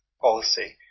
policy